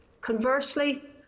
Conversely